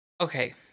Okay